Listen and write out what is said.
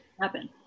happen